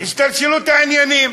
השתלשלות העניינים.